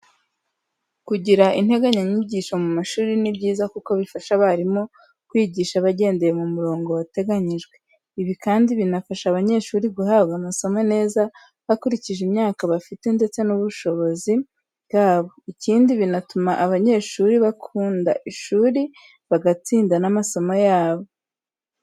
Kugira integanyanyigisho mu mashuri ni byiza kuko bifasha abarimu kwigisha bagendeye mu murongo wateganyijwe. Ibi kandi binafasha abanyeshuri guhabwa amasomo neza hakurikijwe imyaka bafite ndetse n'ubushobozi bwabo. Ikindi, binatuma abanyeshuri bakunda ishuri ndetse bagatsinda n'amasomo yabo.